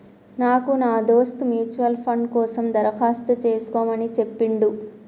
నాకు నా దోస్త్ మ్యూచువల్ ఫండ్ కోసం దరఖాస్తు చేసుకోమని చెప్పిండు